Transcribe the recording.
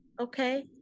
Okay